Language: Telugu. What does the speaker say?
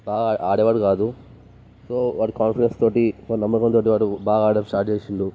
బాగా ఆడేవాడు కాదు సో వాడి కాన్ఫిడెన్స్ తోటి వాడి నమ్మకం తోటి వాడు బాగా ఆడడం స్టార్ట్ చేసిండు